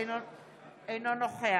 אינו נוכח